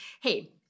hey